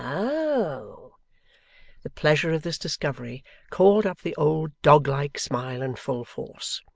oh the pleasure of this discovery called up the old doglike smile in full force.